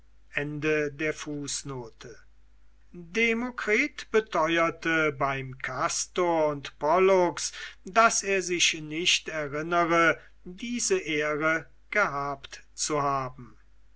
demokritus beteuerte beim kastor und pollux daß er sich nicht erinnere diese ehre gehabt zu haben